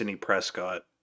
Prescott